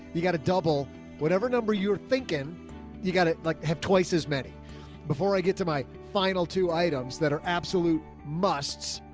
you got to double whatever number you're thinking you got to like have twice as many before i get to my final two items that are absolute musts,